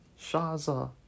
Shaza